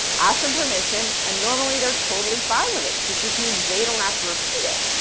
ask them permission and normally, they're totally fine with it, cause it just means they don't have to repeat it,